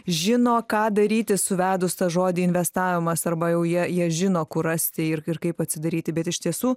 žino ką daryti suvedus tą žodį investavimas arba jau jie jie žino kur rasti ir ir kaip atsidaryti bet iš tiesų